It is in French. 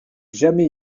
jamais